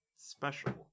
special